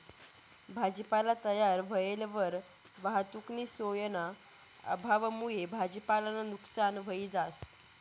भाजीपाला तयार व्हयेलवर वाहतुकनी सोयना अभावमुये भाजीपालानं नुकसान व्हयी जास